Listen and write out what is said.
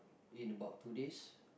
in about two days